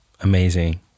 Amazing